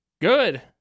Good